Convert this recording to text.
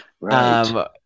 Right